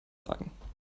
sagen